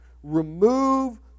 Remove